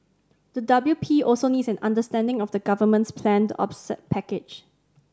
the W P also needs an understanding of the government's planned offset package